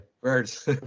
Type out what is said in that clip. Birds